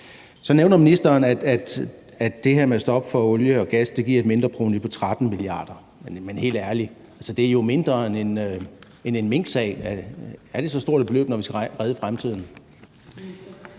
Så nævner ministeren, at det her med stop for olie og gas giver et mindreprovenu på 13 mia. kr. Men helt ærligt: Det er jo mindre end en minksag. Er det så stort et beløb, når vi skal redde fremtiden?